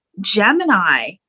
gemini